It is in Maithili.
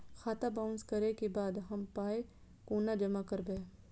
खाता बाउंस करै के बाद हम पाय कोना जमा करबै?